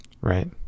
Right